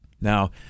Now